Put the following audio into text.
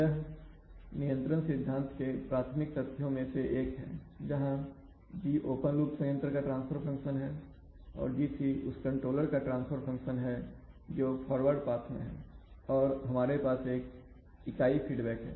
यह नियंत्रण सिद्धांत के प्राथमिक तथ्यों में से एक हैजहां G ओपन लूप संयंत्र का ट्रांसफर फंक्शन है और Gc उस कंट्रोलर का ट्रांसफर फंक्शन है जो फॉरवर्ड पाथ मे है और हमारे एक पास इकाई फीडबैक है